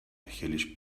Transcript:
hellish